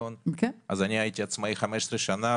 אז אני הייתי עצמאי 15 שנה,